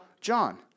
John